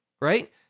right